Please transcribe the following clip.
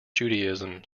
judaism